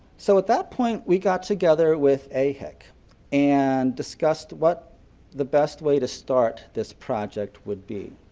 so at that point we got together with aihec and discussed what the best way to start this project would be.